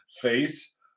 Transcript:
face